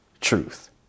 Truth